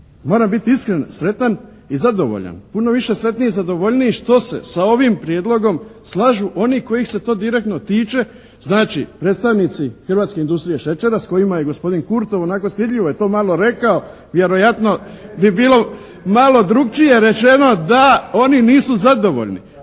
moram biti iskren sretan i zadovoljan, puno više sretniji i zadovoljniji što se sa ovim prijedlogom slažu oni kojih se to direktno tiče. Znači, predstavnici hrvatske industrije šećera s kojima je gospodin Kurtov onako stidljivo je to malo rekao, vjerojatno bi bilo malo drukčije rečeno da oni nisu zadovoljni.